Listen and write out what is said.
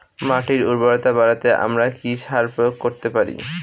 মাটির উর্বরতা বাড়াতে আমরা কি সার প্রয়োগ করতে পারি?